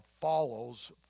follows